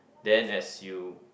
then as you